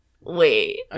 Wait